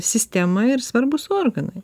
sistema ir svarbūs organai